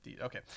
Okay